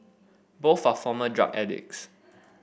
both are former drug addicts